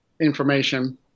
information